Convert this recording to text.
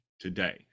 today